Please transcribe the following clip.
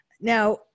Now